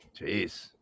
jeez